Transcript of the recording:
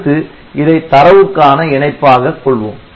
அடுத்து இதை தரவுக்கான இணைப்பாக கொள்வோம்